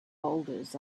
boulders